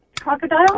Crocodile